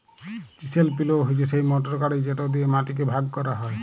chisel plough হছে সেই motor গাড়ি যেট দিঁয়ে মাটিকে ভাগ ক্যরা হ্যয়